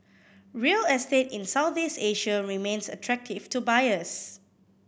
real estate in Southeast Asia remains attractive to buyers